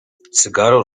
cygaro